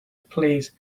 plays